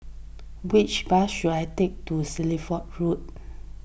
which bus should I take to Shelford Road